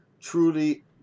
truly